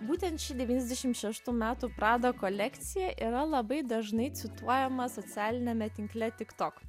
būtent ši devyniasdešimt šeštų metų prada kolekcija yra labai dažnai cituojama socialiniame tinkle tiktok